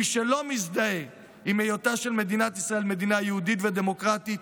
מי שלא מזדהה עם היותה של מדינת ישראל מדינה יהודית ודמוקרטית,